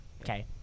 Okay